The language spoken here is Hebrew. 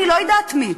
אני לא יודעת מי,